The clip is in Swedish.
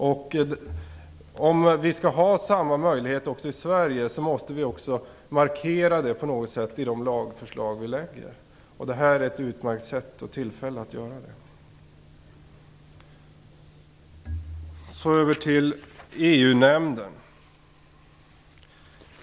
Om vi i Sverige skall ha samma möjlighet måste vi markera det på något sätt i de lagförslag som vi lägger fram. Det här ett utmärkt sätt och tillfälle att göra det. Så över till frågan om EU-nämnden.